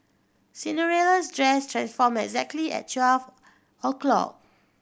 Cinderella's dress transformed exactly at o'clock